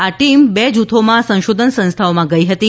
આ ટીમ બે જૂથોમાં સંશોધન સંસ્થાઓમાં ગઈ હતી